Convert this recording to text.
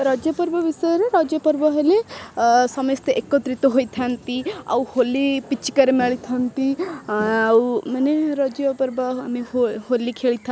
ରଜ ପର୍ବ ବିଷୟରେ ରଜପର୍ବ ହେଲେ ସମସ୍ତେ ଏକତ୍ରିତ ହୋଇଥାନ୍ତି ଆଉ ହୋଲି ପିଚିକାର ମିଳିଥାନ୍ତି ଆଉ ମାନେ ରଜ ପର୍ବ ଆମେ ହୋଲି ଖେଳିଥାଉ